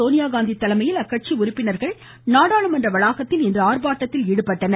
சோனியாகாந்தி தலைமையில் அக்கட்சி உறுப்பினர்கள் நாடாளுமன்ற வளாகத்தில் இன்று ஆர்ப்பாட்டத்தில் ஈடுபட்டனர்